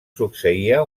succeïa